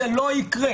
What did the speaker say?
זה לא יקרה.